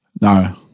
No